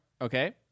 Okay